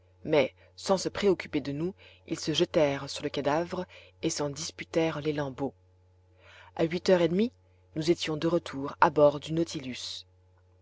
mais sans se préoccuper de nous ils se jetèrent sur le cadavre et s'en disputèrent les lambeaux a huit heures et demie nous étions de retour à bord du nautilus